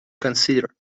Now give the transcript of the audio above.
consider